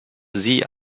sie